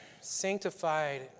sanctified